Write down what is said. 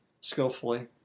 skillfully